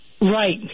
Right